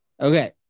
Okay